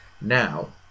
now